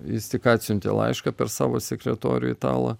jis tik atsiuntė laišką per savo sekretorių italą